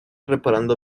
reparando